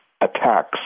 attacks